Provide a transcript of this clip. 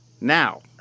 Now